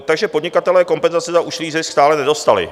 Takže podnikatelé kompenzace za ušlý zisk stále nedostali.